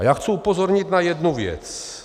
A chci upozornit na jednu věc.